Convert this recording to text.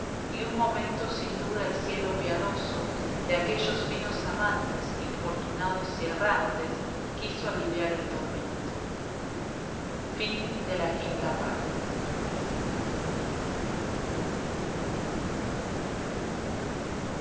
y un momento sin duda el cielo piadoso de aquellos finos amantes infortunados y errantes quiso aliviar el tormento sexta parte